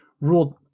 ruled